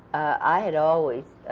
i had always